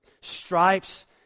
stripes